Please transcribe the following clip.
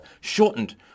shortened